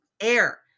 air